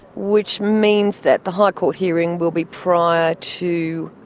which means that the high court hearing will be prior to